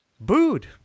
booed